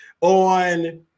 on